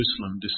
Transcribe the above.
Jerusalem